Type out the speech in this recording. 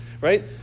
right